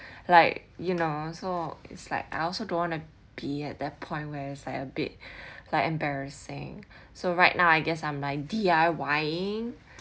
like you know so it's like I also don't want to be at that point where is like a bit like embarrassing so right now I guess I'm like D_I_Ying